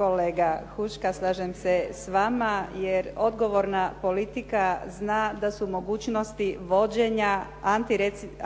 Kolega Huška, slažem se s vama jer odgovorna politika zna da su mogućnosti vođenja